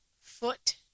foot